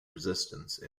resistance